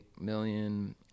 million